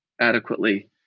adequately